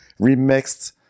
remixed